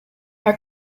our